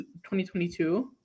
2022